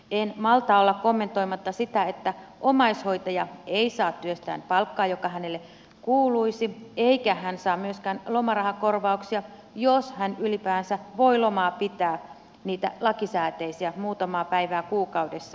en malta olla kommentoimatta sitä että omaishoitaja ei saa työstään palkkaa joka hänelle kuuluisi eikä hän saa myöskään lomarahakorvauksia jos hän ylipäänsä voi lomaa pitää niitä lakisääteisiä muutamaa päivää kuukaudessa